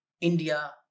India